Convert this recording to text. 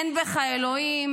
אין בך אלוהים.